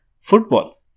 football